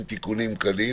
עם תיקונים קלים.